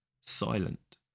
silent